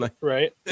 Right